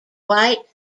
white